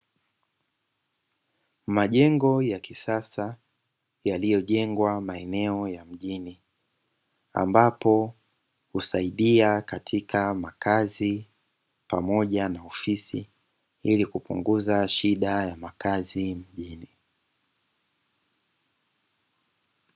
Majengo ya kisasa yaliyojengwa maeneo ya mjini ambapo husaidia katika makazi pamoja na ofisi ili kupunguza shida ya makazi mijini.